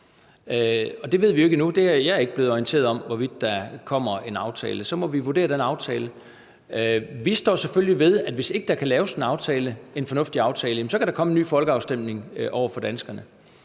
Det ved vi jo ikke endnu. Jeg er ikke blevet orienteret om, hvorvidt der kommer en aftale. Men så må vi vurdere den aftale. Vi står selvfølgelig ved, at hvis ikke der kan laves en fornuftig aftale, kan der komme en ny folkeafstemning for danskerne,